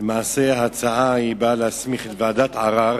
ההצעה נועדה להסמיך ועדת ערר